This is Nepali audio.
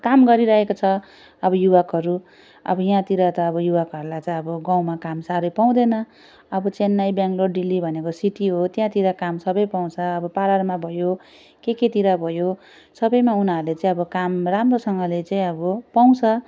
काम गरिरहेको छ अब युवकहरू अब यहाँतिर त अब युवकहरूलाई चाहिँ अब गाउँमा काम साह्रै पाउँदैन अब चेन्नई बेङ्गलोर दिल्ली भनेको सिटी हो त्यहाँतिर काम सबै पाउँछ अब पार्लरमा भयो के केतिर भयो सबैमा उनीहरले चाहिँ अब काम राम्रोसँगले चाहिँ अब पाउँछ